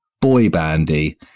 boy-bandy